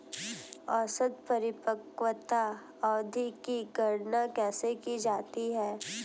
औसत परिपक्वता अवधि की गणना कैसे की जाती है?